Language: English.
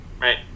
right